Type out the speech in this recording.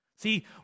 See